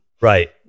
Right